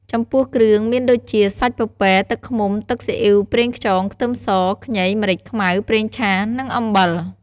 ចំពោះគ្រឿងមានដូចជា សាច់ពពែ ទឹកឃ្មុំ ទឹកស៊ីអ៉ីវ ប្រេងខ្យង ខ្ទឹមស ខ្ញី ម្រេចខ្មៅ ប្រេងឆា និងអំបិល។